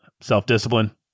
self-discipline